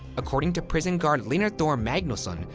according to prison guard hlynur thor magnusson,